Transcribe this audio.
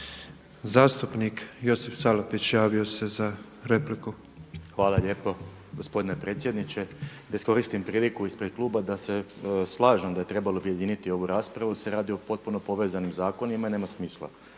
Zastupnik Josip Salapić javio se za repliku. **Salapić, Josip (HDSSB)** Hvala lijepo gospodine predsjedniče. Da iskoristim priliku ispred kluba da se slažem da je trebalo objediniti ovu raspravu jer se radi o potpuno povezanim zakonima i nema smisla